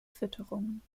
fütterung